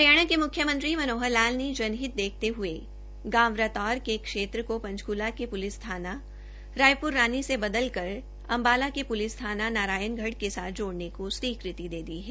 हरियाणा के म्ख्यमंत्री मनोहर लाल ने जनहित देखते हये गांव रतौर के क्षेत्र को पंचकूला के पुलिस थाना रायपुर रानी से बदलकर अम्बाला के प्लिस थाना नारायणगढ़ के साथ जोड़ने को स्वीकृति दे दी है